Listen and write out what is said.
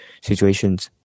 situations